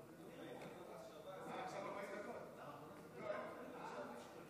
תקנות שעת חירום התקבלה ואושרה בקריאה ראשונה,